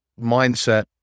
mindset